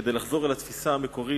כדי לחזור אל התפיסה המקורית,